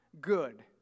good